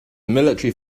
military